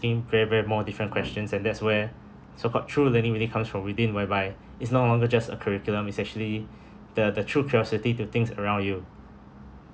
very very more different questions and that's where so-called true learning really comes from within whereby it's no longer just a curriculum it's actually the the true curiosity to thinks around you